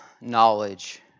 knowledge